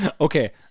Okay